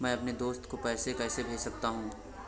मैं अपने दोस्त को पैसे कैसे भेज सकता हूँ?